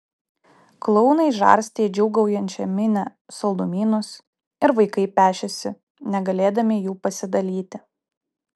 klounai žarstė į džiūgaujančią minią saldumynus ir vaikai pešėsi negalėdami jų pasidalyti